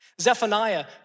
Zephaniah